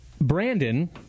brandon